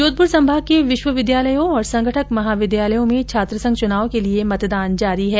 जोधपुर संभाग के विश्वविद्यालयों और संघठक महाविद्यालयों में छात्रसंघ चुनाव के लिये मतदान जारी है